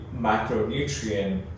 macronutrient